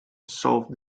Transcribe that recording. dissolved